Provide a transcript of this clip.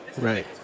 Right